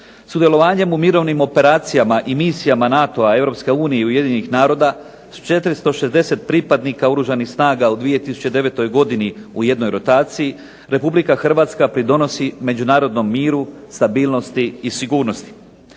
Sudjelovanjem u mirovnim misijama i operacijama NATO-a, Europske unije i Ujedinjenih naroda sa 460 pripadnika Oružanih snaga u 2009. godini u jednoj rotaciji Republika Hrvatska pridonosi međunarodnom miru, stabilnosti i sigurnosti.